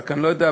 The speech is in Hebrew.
אני רק לא יודע,